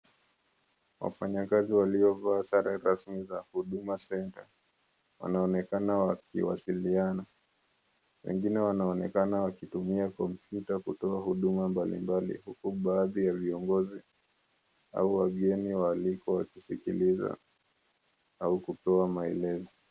Wafanyakazi waliovaa sare rasmi za Huduma Centre wanaonekana wakiwasiliana. Wengine wanaonekana wakitumia kompyuta kutoa huduma mbalimbali huku baadhi ya viongozi au wageni waalikwa wakisikiliza au kupewa maelezo.